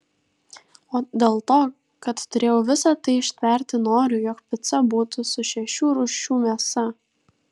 o dėl to kad turėjau visa tai ištverti noriu jog pica būtų su šešių rūšių mėsa